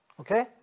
Okay